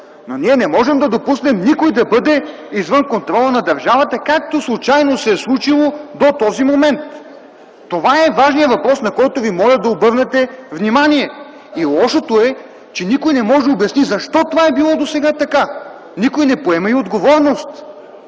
но ние не можем да допуснем никой да бъде извън контрола на държавата, както случайно се е случило до този момент. Това е важният въпрос, на който ви моля да обърнете внимание. Лошото е, че никой не може да обясни защо това е било досега така. Никой не поема и отговорност